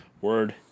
Word